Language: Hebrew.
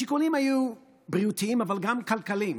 השיקולים היו בריאותיים אבל גם כלכליים.